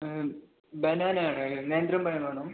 banana വേണം നേന്ത്രപ്പഴം വേണം